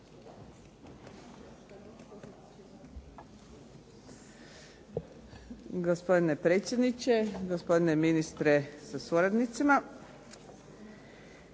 Hvala vam